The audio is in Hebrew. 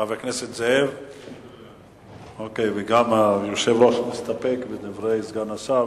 חבר הכנסת זאב וגם היושב-ראש מסתפקים בדברי סגן השר.